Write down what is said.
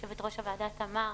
יו"ר הוועדה תמר,